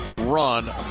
Run